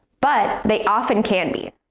but they often can be.